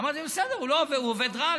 אמרתי: בסדר, הוא עובד רע?